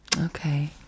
okay